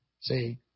See